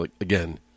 again